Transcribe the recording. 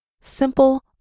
simple